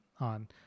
on